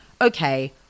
okay